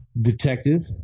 detective